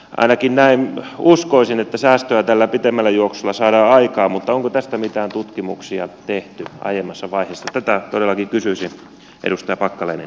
ainakin uskoisin että säästöä tällä pitemmällä juoksulla saadaan aikaan mutta onko tästä mitään tutkimuksia tehty aiemmassa vaiheessa tätä todellakin kysyisin edustaja packalenilta